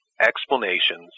explanations